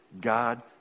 God